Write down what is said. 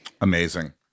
amazing